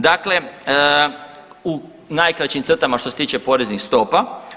Dakle, u najkraćim crtama što se tiče poreznih stopa.